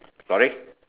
sorry